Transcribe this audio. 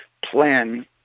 plan